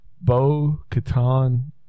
Bo-Katan